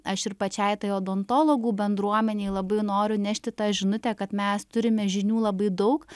aš ir pačiai tai odontologų bendruomenei labai noriu nešti tą žinutę kad mes turime žinių labai daug